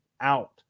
out